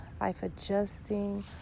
life-adjusting